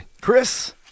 Chris